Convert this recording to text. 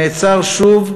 נעצר שוב,